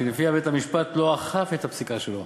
שלפיה בית-המשפט לא אכף את הפסיקה שלו.